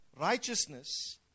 righteousness